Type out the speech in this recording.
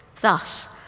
Thus